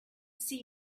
see